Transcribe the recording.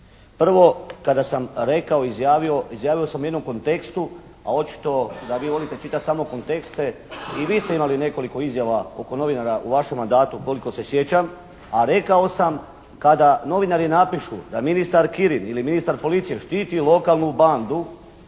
Prvo, kada sam rekao i izjavio, izjavio sam u jednom kontekstu, a očito da vi volite čitati samo kontekste. I vi ste imali nekoliko izjava oko novinara u vašem mandatu koliko se sjećam, a rekao sam kada novinari napišu da ministar Kirin ili ministar policije štiti lokalnu bandu